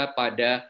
pada